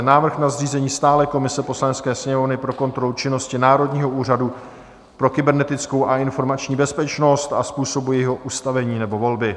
Návrh na zřízení stálé komise Poslanecké sněmovny pro kontrolu činnosti Národního úřadu pro kybernetickou a informační bezpečnost a způsobu jejího ustavení nebo volby